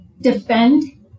defend